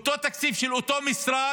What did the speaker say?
אותו תקציב של אותו משרד,